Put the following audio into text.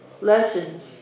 lessons